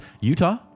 Utah